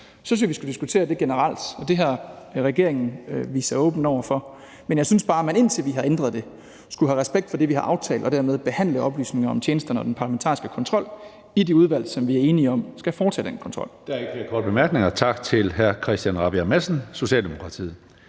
synes jeg, vi skal diskutere det generelt, og det har regeringen vist sig åben over for. Men jeg synes bare, man, indtil vi har ændret det, skulle have respekt for det, vi har aftalt, og det er, at man behandler oplysningerne om tjenesterne og den parlamentariske kontrol i det udvalg, som vi er enige om skal foretage den kontrol.